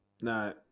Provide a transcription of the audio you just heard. No